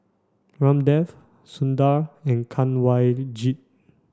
Ramdev Sundar and Kanwaljit